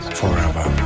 forever